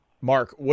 Mark